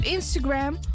Instagram